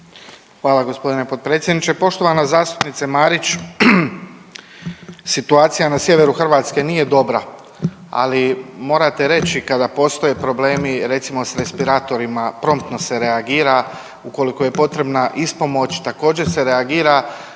Hvala gospodine potpredsjedniče. Poštovana zastupnice Marić situacija na sjeveru Hrvatske nije dobra, ali morate reći kada postoje problemi recimo s respiratorima promptno se reagira, ukoliko je potrebna ispomoć također se reagira.